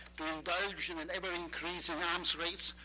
to indulge in an ever-increasing arms race.